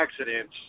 accidents